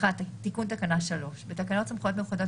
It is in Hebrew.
תיקון תקנה 3 בתקנות סמכויות מיוחדות